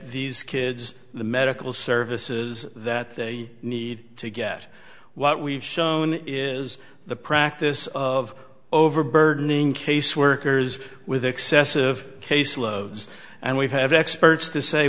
these kids the medical services that they need to get what we've shown is the practice of overburdening caseworkers with excessive case loads and we have experts to say